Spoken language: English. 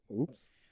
oops